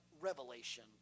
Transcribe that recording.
revelation